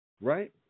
Right